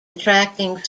attracting